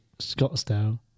Scottsdale